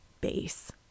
base